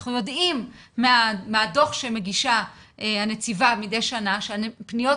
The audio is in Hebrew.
אנחנו יודעים מהדוח שמגישה הנציבה מדי שנה שהפניות,